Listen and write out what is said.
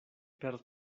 per